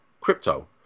crypto